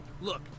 Look